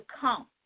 come